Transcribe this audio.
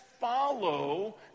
follow